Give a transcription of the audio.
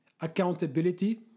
accountability